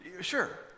Sure